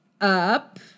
up